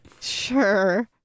Sure